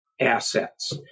assets